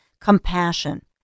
compassion